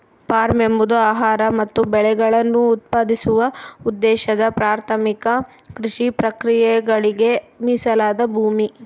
form ಎಂಬುದು ಆಹಾರ ಮತ್ತು ಬೆಳೆಗಳನ್ನು ಉತ್ಪಾದಿಸುವ ಉದ್ದೇಶದ ಪ್ರಾಥಮಿಕ ಕೃಷಿ ಪ್ರಕ್ರಿಯೆಗಳಿಗೆ ಮೀಸಲಾದ ಭೂಮಿ